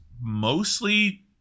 mostly